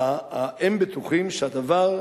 הם בטוחים שהדבר,